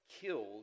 killed